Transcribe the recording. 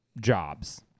jobs